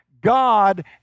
God